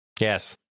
Yes